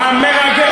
גזען.